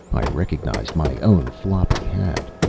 i recognized my own floppy hat.